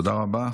תודה רבה.